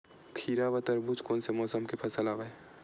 खीरा व तरबुज कोन से मौसम के फसल आवेय?